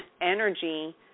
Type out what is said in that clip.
energy